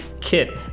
Kit